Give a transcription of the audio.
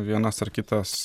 vienas ar kitas